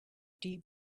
deep